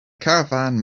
caravan